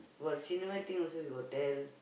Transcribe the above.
about also he will tell